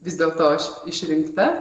vis dėlto aš išrinkta